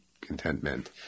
contentment